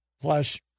Plus